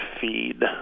feed